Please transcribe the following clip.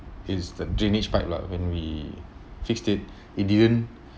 is the drainage pipes lah when we fixed it it didn't